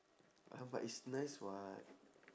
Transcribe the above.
ah but it's nice [what]